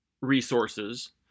resources